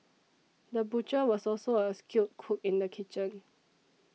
the butcher was also a skilled cook in the kitchen